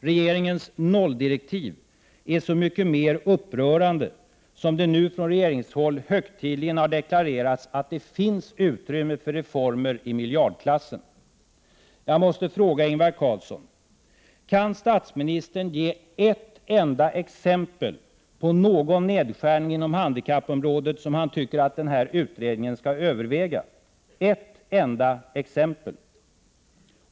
Regeringens nolldirektiv är så mycket mer upprörande som det nu från regeringshåll högtidligen har deklarerats att det finns utrymme för reformer i miljardklassen. Jag måste fråga Ingvar Carlsson: Kan statsministern ge ett enda exempel på någon nedskärning på handikappområdet som han tycker att utredningen skall överväga? Bara ett enda exempel!